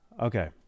Okay